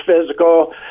physical